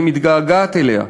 אני מתגעגעת אליה,